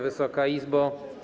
Wysoka Izbo!